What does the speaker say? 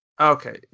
okay